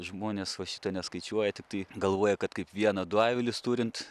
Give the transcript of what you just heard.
žmonės va šito neskaičiuoja tiktai galvoja kad kaip vieną du avilius turint